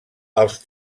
els